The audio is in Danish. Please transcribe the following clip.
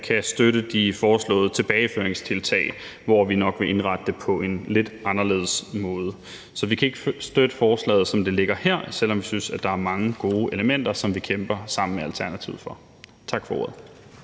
kan støtte de foreslåede tilbageføringstiltag, hvor vi nok vil indrette det på en lidt anderledes måde. Så vi kan ikke støtte forslaget, som det ligger her, selv om vi synes, at der er mange gode elementer, som vi kæmper sammen med Alternativet for. Tak for ordet.